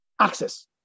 access